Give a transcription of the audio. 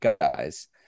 guys